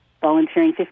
volunteering